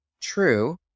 true